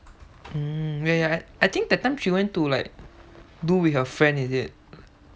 mm wait like I think that time she went to like do with her friend is it